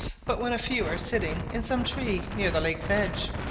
but when a few were sitting in some tree near the lake's edge.